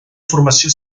formació